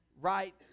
right